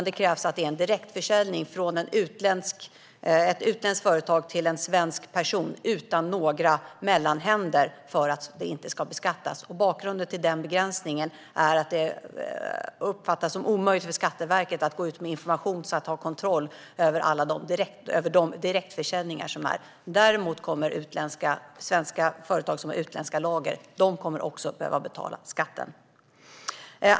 Det krävs att det är direktförsäljning från ett utländskt företag till en svensk person utan några mellanhänder för att det inte ska beskattas. Bakgrunden till den begränsningen är att det uppfattas som omöjligt för Skatteverket att gå ut med information och ha kontroll över alla de direktförsäljningar som sker. Däremot kommer svenska företag som har utländska lager att behöva betala skatten.